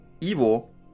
evil